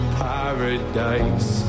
paradise